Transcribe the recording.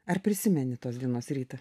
ar prisimeni tos dienos rytą